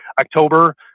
october